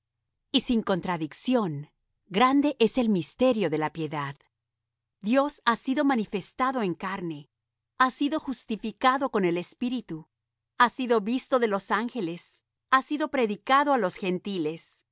y sin cotradicción grande es el misterio de la piedad dios ha sido manifestado en carne ha sido justificado con el espíritu ha sido visto de los ángeles ha sido predicado á los gentiles